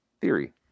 theory